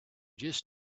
just